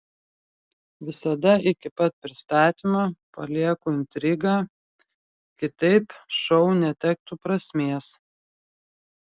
visada iki pat pristatymo palieku intrigą kitaip šou netektų prasmės